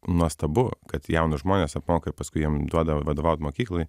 nuostabu kad jaunus žmones apmoka ir paskui jiem duoda vadovaut mokyklai